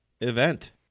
event